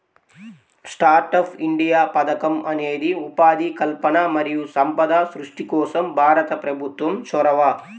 startup India పథకం అనేది ఉపాధి కల్పన మరియు సంపద సృష్టి కోసం భారత ప్రభుత్వం చొరవ